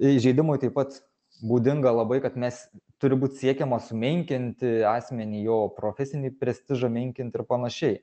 į įžeidimui taip pat būdinga labai kad mes turi būt siekiama sumenkinti asmenį jo profesinį prestižą menkint ir panašiai